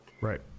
Right